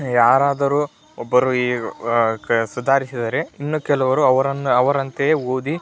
ಯಾರಾದರೂ ಒಬ್ಬರು ಈ ಕ ಸುಧಾರಿಸಿದರೆ ಇನ್ನು ಕೆಲವರು ಅವರನ್ನು ಅವರಂತೆಯೇ ಓದಿ